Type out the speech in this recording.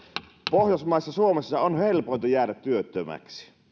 pohjoismaista suomessa on helpointa jäädä työttömäksi